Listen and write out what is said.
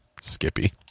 Skippy